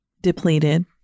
depleted